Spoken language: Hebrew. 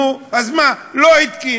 נו, אז מה, לא התקין.